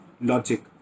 logic